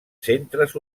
centres